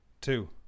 Two